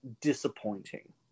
disappointing